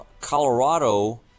Colorado